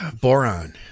Boron